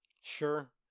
Sure